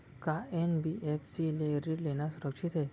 का एन.बी.एफ.सी ले ऋण लेना सुरक्षित हे?